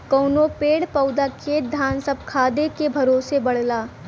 कउनो पेड़ पउधा खेत धान सब खादे के भरोसे बढ़ला